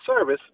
service